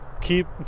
keep